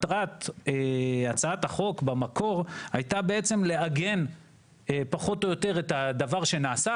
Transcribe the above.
מטרת הצעת החוק במקור הייתה בעצם לעגן פחות או יותר את הדבר שנעשה,